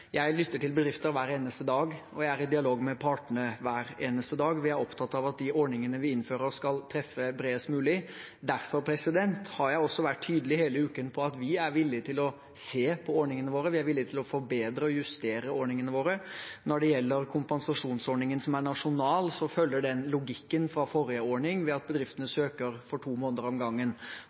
Jeg lytter til bedrifter hver eneste dag, og jeg er i dialog med partene hver eneste dag. Vi er opptatt av at de ordningene vi innfører, skal treffe bredest mulig. Derfor har jeg hele uken vært tydelig på at vi er villig til å se på ordningene våre. Vi er villig til å forbedre og justere ordningene våre. Når det gjelder den nasjonale kompensasjonsordningen, følger den logikken fra forrige ordning ved at bedriftene søker for to måneder om gangen.